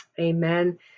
Amen